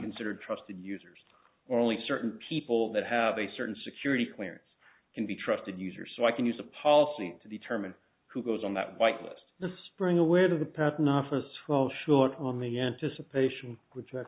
considered trusted users or only certain people that have a certain security clearance can be trusted user so i can use a policy to determine who goes on that white list the spring aware of the patent office fall short on the anticipation with